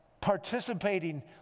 participating